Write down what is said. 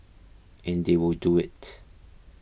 and they will do it